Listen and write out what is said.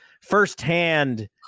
firsthand